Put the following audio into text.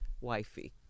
wifey